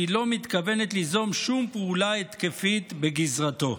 והיא לא מתכוונת ליזום שום פעולה התקפית בגזרתו.